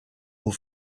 aux